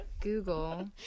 Google